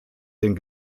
den